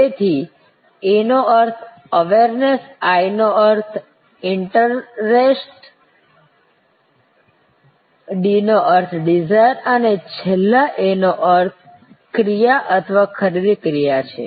તેથી A નો અર્થ અવેરનેસ I નો અર્થ ઇન્ટરેસ્ટ D નો અર્થ ડિઝાયર અને છેલ્લે A નો અર્થ ક્રિયા અથવા ખરીદી ક્રિયા છે